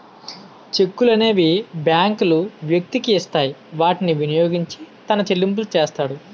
చెక్కులనేవి బ్యాంకులు వ్యక్తికి ఇస్తాయి వాటిని వినియోగించి తన చెల్లింపులు చేస్తాడు